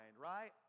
right